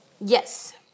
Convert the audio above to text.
Yes